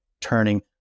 turning